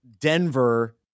Denver